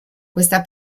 questa